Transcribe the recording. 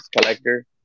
collector